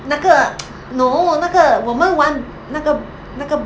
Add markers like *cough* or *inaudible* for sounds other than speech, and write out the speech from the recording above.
那个 *noise* no 那个我们玩那个那个